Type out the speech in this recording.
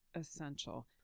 essential